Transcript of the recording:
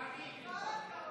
בערבית למחוק.